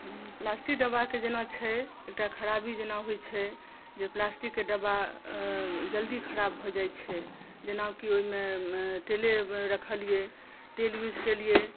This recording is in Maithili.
प्लास्टिक डब्बाके जेना छै एकटा खराबी जेना होइत छै जे प्लास्टिकके डब्बा जल्दी खराब भऽ जाइत छै जेनाकि ओहिमे तेले रखलियै तेल यूज केलियै